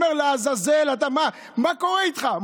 אני אומר, לעזאזל, מה קורה איתך?